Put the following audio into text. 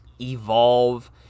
evolve